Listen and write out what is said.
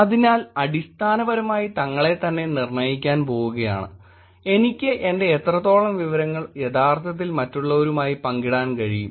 അതിനാൽഅടിസ്ഥാനപരമായി തങ്ങളെത്തന്നെ നിർണ്ണയിക്കാൻ പോകുകയാണ് എനിക്ക് എന്റെ എത്രത്തോളം വിവരങ്ങൾ യഥാർത്ഥത്തിൽ മറ്റുള്ളവരുമായി പങ്കിടാൻ കഴിയും